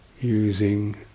using